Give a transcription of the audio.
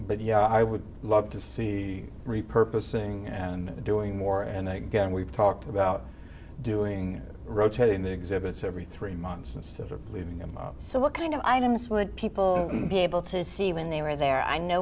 but yeah i would love to see the repurposed saying and doing more and then again we've talked about doing rotating the exhibits every three months instead of leaving them out so what kind of items would people be able to see when they were there i know